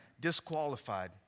disqualified